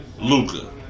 Luca